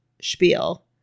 spiel